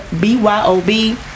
B-Y-O-B